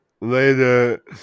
Later